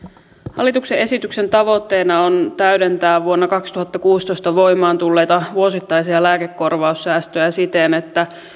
hallituksen esityksen tavoitteena on täydentää vuonna kaksituhattakuusitoista voimaan tulleita vuosittaisia lääkekorvaussäästöjä siten että